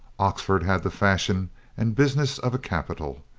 oxford had the fashion and business of a capital.